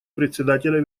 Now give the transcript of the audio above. председателя